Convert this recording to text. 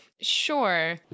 sure